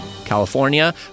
California